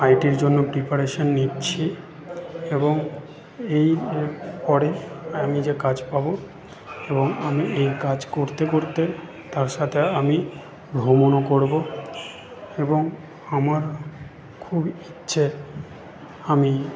আইটির জন্য প্রিপারেশান নিচ্ছি এবং এরপরে আমি যে কাজ পাব এবং আমি এই কাজ করতে করতে তার সাথে আমি ভ্রমণও করব এবং আমার খুব ইচ্ছে আমি